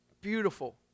beautiful